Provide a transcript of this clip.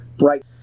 Right